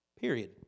Period